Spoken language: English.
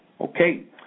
Okay